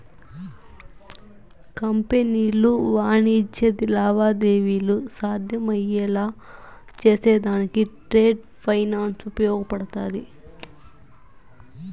కంపెనీలు వాణిజ్య లావాదేవీలు సాధ్యమయ్యేలా చేసేదానికి ట్రేడ్ ఫైనాన్స్ ఉపయోగపడతాది